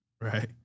Right